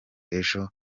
ejo